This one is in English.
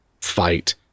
fight